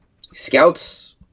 scouts